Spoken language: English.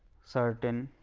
certain